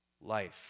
life